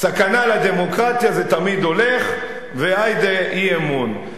סכנה לדמוקרטיה זה תמיד הולך, והיידה, אי-אמון.